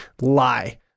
lie